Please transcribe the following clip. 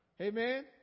Amen